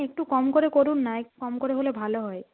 একটু কম করে করুন না একটু কম করে হলে ভালো হয়